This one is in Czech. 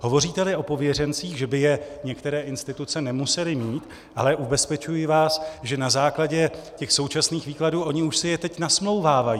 Hovoříteli o pověřencích, že by je některé instituce nemusely mít ale ubezpečuji vás, že na základě současných výkladů ony už si je teď nasmlouvávají.